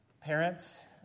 parents